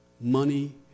money